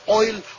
oil